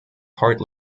hard